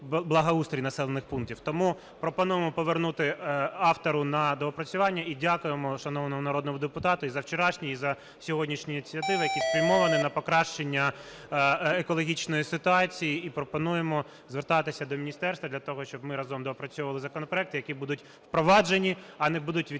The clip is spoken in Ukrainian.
благоустрій населених пунктів". Тому пропонуємо повернути автору на доопрацювання. І дякуємо шановному народному депутату і за вчорашні, і за сьогоднішні ініціативи, які спрямовані на покращення екологічної ситуації, і пропонуємо звертатися до міністерства для того, щоб ми разом доопрацьовували законопроекти, які будуть впроваджені, а не будуть відхилені